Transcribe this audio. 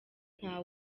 nta